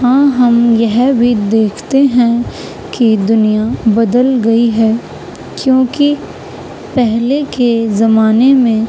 ہاں ہم یہ بھی دیکھتے ہیں کہ دنیا بدل گئی ہے کیونکہ پہلے کے زمانے میں